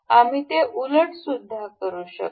आम्ही ते उलट सुद्धा करू शकतो